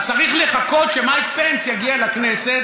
אז צריך לחכות שמייק פנס יגיע לכנסת,